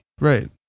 Right